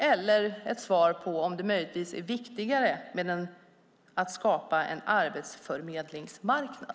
Eller är det möjligtvis viktigare att skapa en arbetsförmedlingsmarknad?